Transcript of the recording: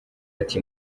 ati